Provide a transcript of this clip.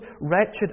wretched